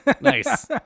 Nice